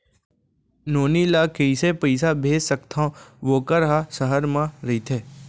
नोनी ल कइसे पइसा भेज सकथव वोकर ह सहर म रइथे?